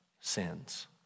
sins